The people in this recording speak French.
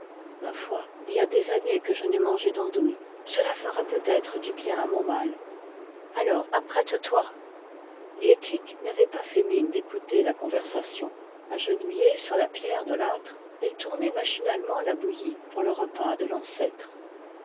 ma foi il y a des années que je n'ai mangé d'andouille cela fera peut-être du bien à mon mal alors apprête-toi liettik n'avait pas fait mine d'écouter la conversation agenouillée sur la pierre de l'âtre elle tournait machinalement la bouillie pour le repas de l'ancêtre